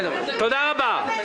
תודה רבה.